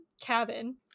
cabin